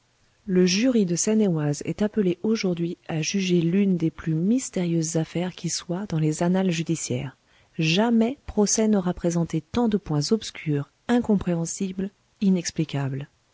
le jury de seine-et-oise est appelé aujourd'hui à juger l'une des plus mystérieuses affaires qui soient dans les annales judiciaires jamais procès n'aura présenté tant de points obscurs incompréhensibles inexplicables